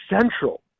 central